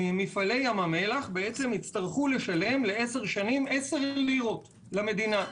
מפעלי ים המלח יצטרכו לשלם לעשר שנים 10 לירות למדינה.